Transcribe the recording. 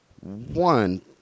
One